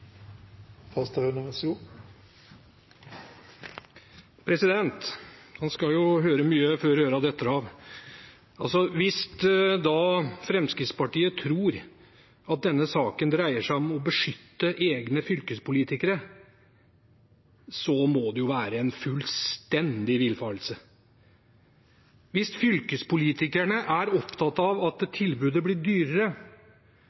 skal høre mye før øra detter av. Hvis Fremskrittspartiet tror at denne saken dreier seg om å beskytte egne fylkespolitikere, må det være en fullstendig villfarelse. Hvis fylkespolitikerne er opptatt av at